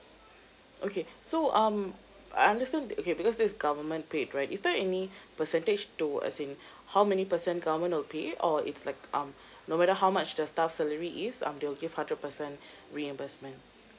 okay so um I understand okay because this is government paid right is there any percentage to as in how many percent government will pay or it's like um no matter how much the staff salary is um they'll give hundred percent reimbursement